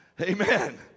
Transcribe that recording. Amen